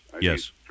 Yes